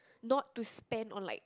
not to spend on like